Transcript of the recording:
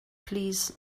please